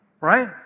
right